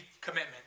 commitment